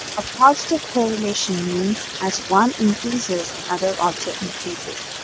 a positive correlation means as one increases, the other also increases.